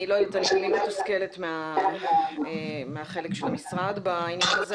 אני חייבת להודות שאני מתוסכלת מהחלק של המשרד בעניין הזה.